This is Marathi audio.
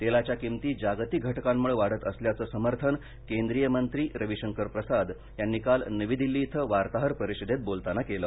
तेलाच्या किंमती जागतिक घटकांमुळे वाढत असल्याचं समर्थन केंद्रीय मंत्री रवीशंकर प्रसाद यांनी काल नवी दिल्ली इथं वार्ताहर परिषदेत बोलताना केलं